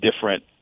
different